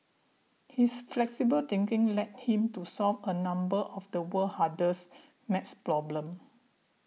his flexible thinking led him to solve a number of the world's hardest math problems